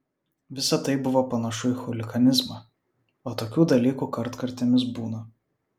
visa tai buvo panašu į chuliganizmą o tokių dalykų kartkartėmis būna